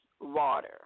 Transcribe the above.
water